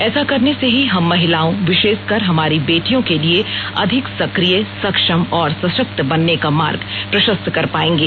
ऐसा करने से ही हम महिलाओं विशेषकर हमारी बेटियों के लिए अधिक सक्रिय सक्षम और सशक्त बनने का मार्ग प्रशस्त कर पाएंगे